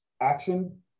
action